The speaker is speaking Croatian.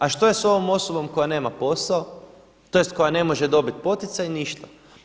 A što je s ovom osobom koja nema posao, tj. koja ne može dobiti poticaj i ništa?